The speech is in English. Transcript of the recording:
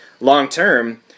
long-term